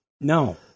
No